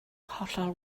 hollol